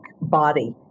body